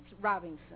Robinson